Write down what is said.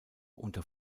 unter